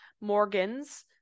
Morgan's